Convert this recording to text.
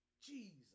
Jesus